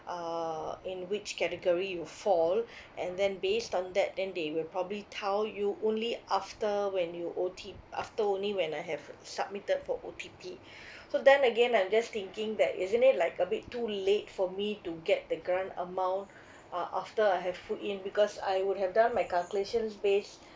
uh in which category you fall and then based on that then they will probably tell you only after when you O_T after only when I have submitted for O_T_P so then again I'm just thinking that isn't it like a bit too late for me to get the grant amount uh after I have foot in because I would have done my calculations based